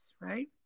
right